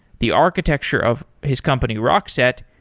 the architecture of his company, rockset,